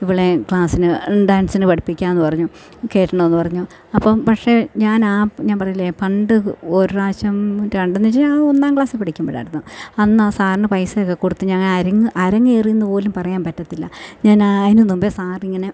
ഇവളെ ക്ലാസ്സിന് ഡാൻസിന് പഠിപ്പിക്കാമെന്ന് പറഞ്ഞു കയറ്റണമെന്ന് പറഞ്ഞു അപ്പം പക്ഷേ ഞാൻ ആ ഞാൻ പറഞ്ഞില്ലേ പണ്ട് ഒരു പ്രാവശ്യം പണ്ടെന്ന് വെച്ചാൽ ഞാൻ ഒന്നാം ക്ലാസ്സിൽ പഠിക്കുമ്പോഴായിരുന്നു അന്ന് ആ സാറിന് പൈസ ഒക്കെ കൊടുത്ത് ഞങ്ങൾ അരങ്ങേറി എന്ന് പോലും പറയാൻ പറ്റില്ല ഞാൻ അതിന് മുമ്പേ സാർ ഇങ്ങനെ